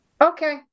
Okay